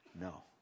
No